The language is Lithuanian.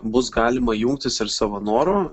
bus galima jungtis ir savo noru